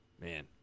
Man